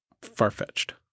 Far-fetched